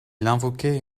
invoquait